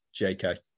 JK